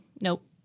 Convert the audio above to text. nope